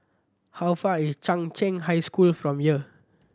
how far is Chung Cheng High School from here